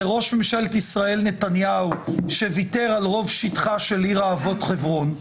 זה ראש ממשלת ישראל נתניהו שוויתר על רוב שטחה של עיר האבות חברון.